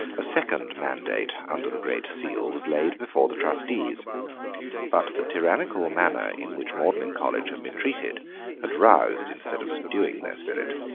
a second mandate under the great seal was laid before the trustees but the tyrannical manner in which magdalene college had been treated had roused instead of subduing their spirit.